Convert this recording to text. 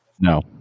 No